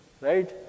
right